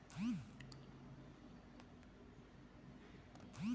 ನನ್ನ ಖಾತೆಯಲ್ಲಿ ಹಣ ಎಷ್ಟಿದೆ?